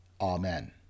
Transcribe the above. Amen